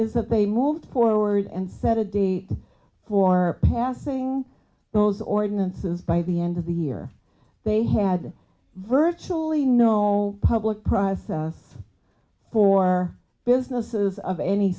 is that they moved forward and set a date for passing those ordinances by the end of the year they had virtually no public process for businesses of any